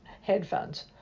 headphones